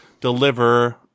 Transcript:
deliver